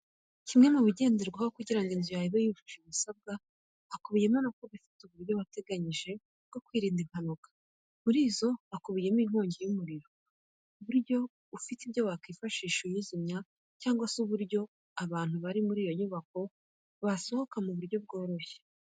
Kimwe mubigenderwaho kugira ngo inzu yawe ibe yujuje ibisabwa, hakubiyemo no kuba ifite uburyo wateganyije bwo kwirinda impanuka. Muri zo hakubiyemo inkongi y'umuriro, ku buryo ufite ibyo wakifashisha uyizimya cyangwa se uburyo abantu bari muri iyo nyubako basohoka mu buryo bworoshye.